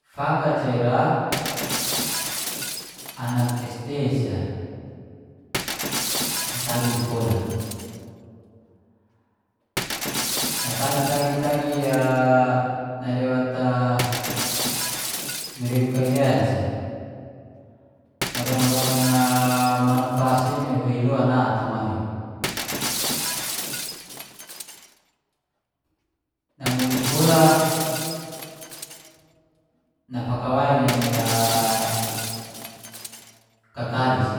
Fakaca ira anak sd sa, natagi nasikola. Natagi-tagi, nalewat wereu kai lean sa, narongan-rongan manuk fasa i nawei loa na atamari. Namuli skola nafakawai nai kakali si,